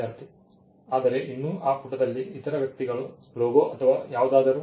ವಿದ್ಯಾರ್ಥಿ ಆದರೆ ಇನ್ನೂ ಆ ಪುಟದಲ್ಲಿ ಇತರ ವ್ಯಕ್ತಿಗಳು ಲೋಗೊ ಅಥವಾ ಯಾವುದಾದರೂ